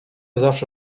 zawsze